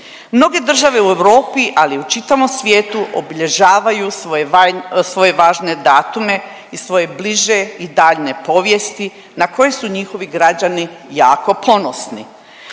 Mnoge države u Europi, ali i u čitavom svijetu obilježavaju svoje važne datume i svoje bliže i daljnje povijesti na koje su njihovi građani jako ponosni.